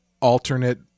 alternate